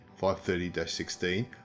530-16